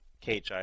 KHI